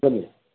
ಬನ್ನಿ